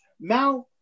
Now